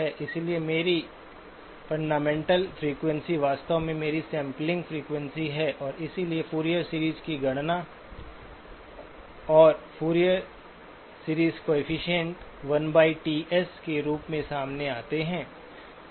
इसलिए मेरी fundamental frequency वास्तव में मेरी सैंपलिंग फ्रीक्वेंसी है और इसलिए फूरियर सीरीज़ की गणना और फूरियर सीरीज़ कोएफ़िशिएंट 1Ts के रूप में सामने आते हैं